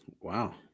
Wow